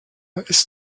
ist